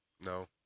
No